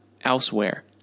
elsewhere